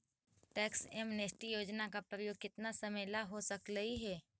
tax amnesty योजना का उपयोग केतना समयला हो सकलई हे